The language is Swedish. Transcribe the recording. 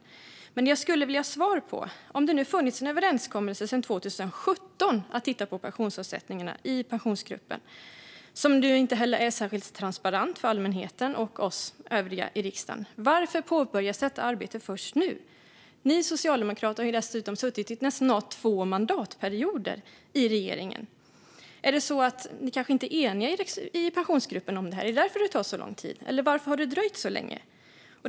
Den första fråga jag skulle vilja ha svar på är: Om det nu funnits en överenskommelse sedan 2017 om att titta på pensionsavsättningarna i Pensionsgruppen, som inte är särskilt transparent för allmänheten och oss övriga i riksdagen, varför påbörjas detta arbete först nu? Ni socialdemokrater har dessutom suttit i regering i snart två mandatperioder. Är det kanske så att ni inte är eniga i Pensionsgruppen om det här? Är det därför det tar så lång tid, eller varför har det dröjt så länge?